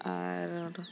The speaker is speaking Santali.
ᱟᱨ